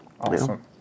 Awesome